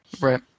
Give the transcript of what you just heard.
Right